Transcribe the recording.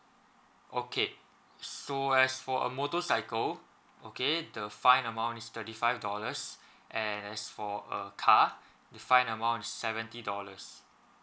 okay so as for a motorcycle okay the fine amount is thirty five dollars and as for a car the fine amount is seventy dollars